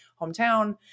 hometown